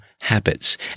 habits